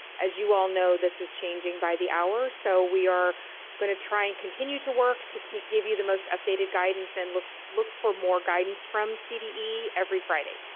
as you all know this is changing by the hour. so, we are gonna try and continue to work to give you the most updated guidance and look look for more guidance from cde every friday.